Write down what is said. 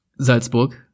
Salzburg